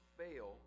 fail